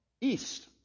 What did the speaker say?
east